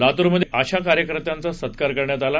लातूरमध्ये आशा कार्यकर्त्यांचा सत्कार करण्यात आला